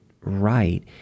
right